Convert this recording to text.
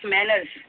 Manners